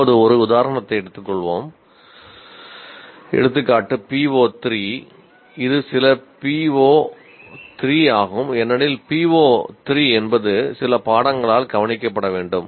இப்போது ஒரு உதாரணத்தை எடுத்துக் கொள்வோம் எடுத்துக்காட்டு PO3 இது சில PO3 ஆகும் ஏனெனில் PO3 என்பது சில பாடங்களால் கவனிக்கப்பட வேண்டும்